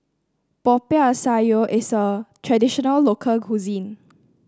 Popiah Sayur is a traditional local cuisine